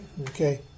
Okay